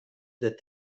that